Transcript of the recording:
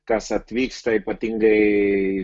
kas atvyksta ypatingai